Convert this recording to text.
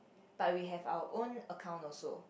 but we have our own account also